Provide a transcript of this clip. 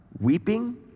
weeping